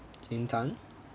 jane tan